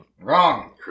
Wrong